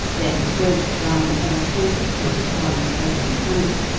then groped round the hall table till he found his bedroom candle,